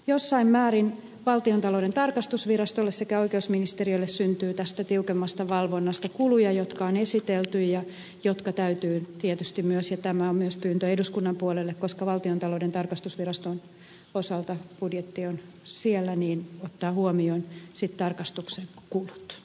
jossain määrin valtiontalouden tarkastusvirastolle sekä oikeusministeriölle syntyy tästä tiukemmasta valvonnasta kuluja jotka on esitelty ja jotka täytyy tietysti myös ja tämä on myös pyyntö eduskunnan puolelle koska valtiontalouden tarkastusviraston osalta budjetti on siellä ottaa huomioon sitten tarkastuksen kulut